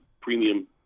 premium